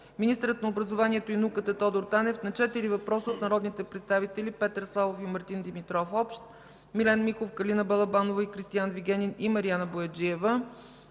министърът на образованието и науката Тодор Танев – на четири въпроса от народните представители Петър Славов и Мартин Димитров, Милен Михов, Калина Балабанова, и Кристиан Вигенин и Мариана Бояджиева;